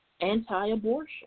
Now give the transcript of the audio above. anti-abortion